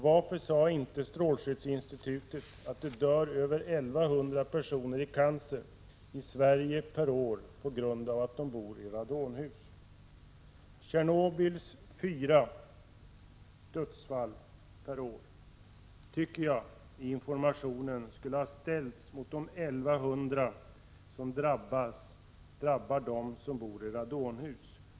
Varför sade inte strålskyddsinstitutet att över 1 100 personer dör i cancer i Sverige per år på grund av att de bor i radonhus? Information om det ökade antalet dödsfall på grund av Tjernobylolyckan borde ha ställts mot de 1 100 som dör i cancer på grund av att de bor i radonhus.